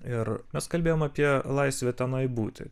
ir mes kalbėjom apie laisvę tenai būti